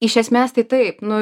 iš esmės tai taip nu